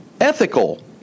ethical